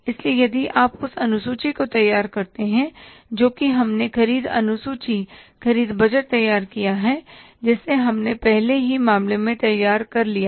इसलिए यदि आप उस अनुसूची को याद करते हैं जोकि हमने ख़रीद अनुसूची ख़रीद बजट तैयार किया है जिसे हमने पहले ही मामले में तैयार कर लिया है